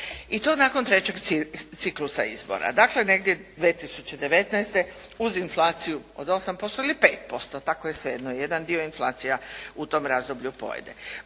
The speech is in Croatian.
I to nakon trećeg ciklusa izbora, dakle negdje 2019. uz inflaciju od 8% ili 5% tako je sve jedno, jedan dio inflacija u tom razdoblju pojede.